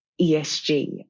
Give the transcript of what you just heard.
ESG